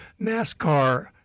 NASCAR